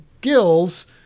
gills